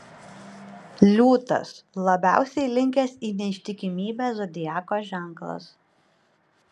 liūtas labiausiai linkęs į neištikimybę zodiako ženklas